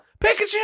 Pikachu